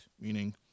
meaning